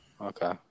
Okay